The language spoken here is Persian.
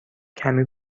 کمی